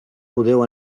podeu